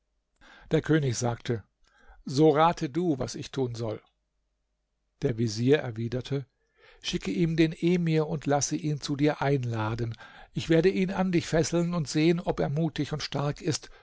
der könig sagte so rate du was ich tun soll der vezier erwiderte schicke ihm den emir und lasse ihn zu dir einladen ich werde ihn an dich fesseln und sehen ob er mutig und stark ist